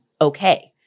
okay